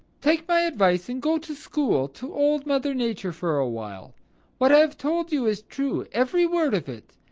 take my advice and go to school to old mother nature for awhile. what i have told you is true, every word of it.